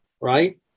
right